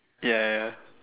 ya ya